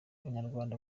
abanyarwanda